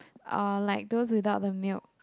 ah like those without the milk